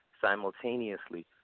simultaneously